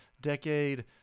Decade